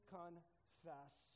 confess